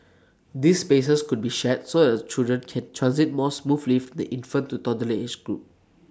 these spaces could be shared so that the children can transit more smoothly from the infant to toddler age group